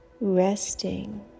Resting